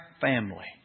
family